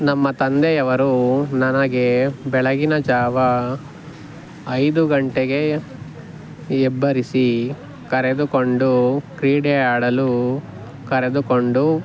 ನಮ್ಮ ತಂದೆಯವರು ನನಗೆ ಬೆಳಗಿನ ಜಾವ ಐದು ಗಂಟೆಗೆ ಎಬ್ಬರಿಸಿ ಕರೆದುಕೊಂಡು ಕ್ರೀಡೆ ಆಡಲು ಕರೆದುಕೊಂಡು